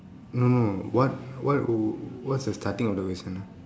no no what what wh~ what's the starting of the question